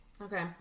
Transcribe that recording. Okay